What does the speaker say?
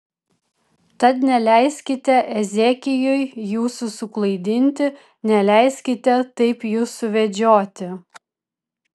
tad neleiskite ezekijui jūsų suklaidinti neleiskite taip jus suvedžioti